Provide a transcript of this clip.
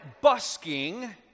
busking